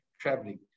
traveling